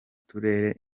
turere